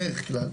בדרך כלל,